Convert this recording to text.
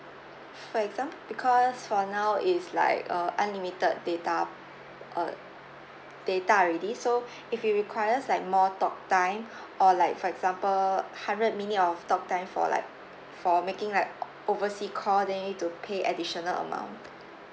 for example because for now it's like uh unlimited data uh data already so if you requires like more talk time or like for example hundred minute of talk time for like for making like uh oversea call then you need to pay additional amount